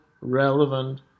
relevant